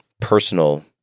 personal